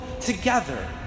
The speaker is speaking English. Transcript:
together